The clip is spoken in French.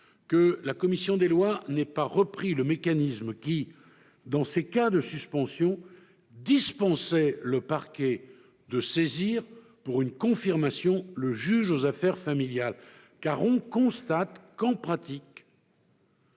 que la commission des lois n'ait pas repris le mécanisme qui, dans ces cas de suspension, dispensait le parquet de saisir pour une confirmation le juge aux affaires familiales, car on constate en pratique